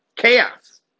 chaos